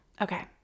Okay